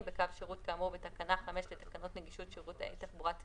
אם בא משרד התחבורה ודורש להציב פקחים,